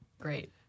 Great